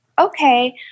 okay